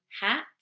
hat